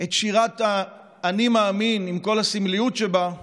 את שירת ה"אני מאמין", עם כל הסמליות שבה,